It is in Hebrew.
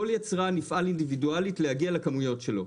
כל יצרן יפעל אינדיבידואלית להגיע לכמויות שלו.